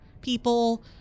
people